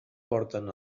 porten